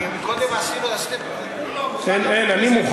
כי קודם עשינו, אני מוכן.